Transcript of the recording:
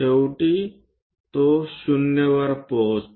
शेवटी ते 0 वर पोहोचते